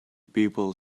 people